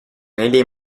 neli